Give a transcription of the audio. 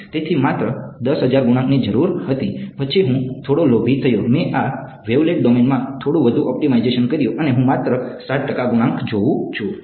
તેથી માત્ર 10000 ગુણાંકની જરૂર હતી પછી હું થોડો લોભી થયો મેં આ વેવલેટ ડોમેનમાં થોડું વધુ ઑપ્ટિમાઇઝેશન કર્યું અને હું માત્ર 7 ટકા ગુણાંક જોઉં છું